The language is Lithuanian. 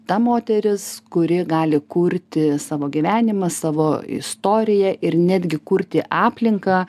ta moteris kuri gali kurti savo gyvenimą savo istoriją ir netgi kurti aplinką